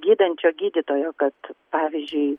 gydančio gydytojo kad pavyzdžiui